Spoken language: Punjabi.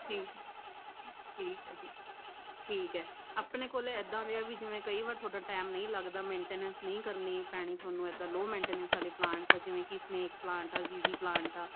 ਠੀਕ ਠੀਕ ਹੈ ਜੀ ਠੀਕ ਹੈ ਆਪਣੇ ਕੋਲ ਇੱਦਾਂ ਦੇ ਆ ਵੀ ਜਿਵੇਂ ਕਈ ਵਾਰ ਤੁਹਾਡਾ ਟਾਈਮ ਨਹੀਂ ਲੱਗਦਾ ਮੈਂਟੇਨੈਂਸ ਨਹੀਂ ਕਰਨੀ ਪੈਣੀ ਤੁਹਾਨੂੰ ਇੱਦਾਂ ਲੋ ਮੈਂਟੇਨਸ ਵਾਲੇ ਪਲਾਂਟਸ ਆ ਜਿਵੇਂ ਕਿ ਸਨੇਕ ਪਲਾਂਟ ਆ ਵੀਜੀ ਪਲਾਂਟ ਆ